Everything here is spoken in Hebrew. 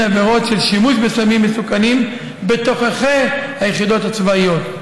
עבירות של שימוש בסמים מסוכנים בתוככי היחידות הצבאיות.